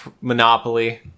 Monopoly